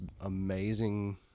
amazing